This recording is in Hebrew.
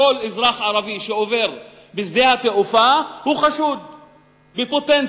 כל אזרח ערבי שעובר בשדה התעופה הוא חשוד בפוטנציה,